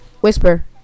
Whisper